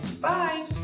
Bye